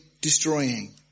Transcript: destroying